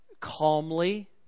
calmly